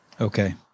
okay